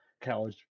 college